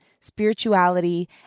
spirituality